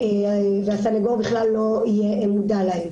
והסנגור לא יהיה מודע להן.